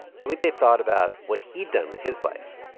felipe thought about what he'd done with his life.